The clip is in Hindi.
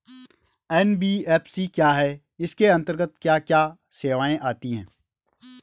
एन.बी.एफ.सी क्या है इसके अंतर्गत क्या क्या सेवाएँ आती हैं?